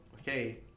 okay